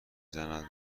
زند